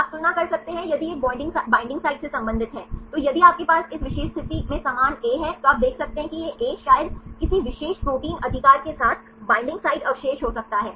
आप तुलना कर सकते हैं यदि यह एक बॉन्डिंग साइट से संबंधित है तो यदि आपके पास इस विशेष स्थिति में समान ए है तो आप देख सकते हैं कि यह ए शायद किसी विशेष प्रोटीन अधिकार के साथ बॉन्डिंग साइट अवशेष हो सकता है